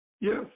yes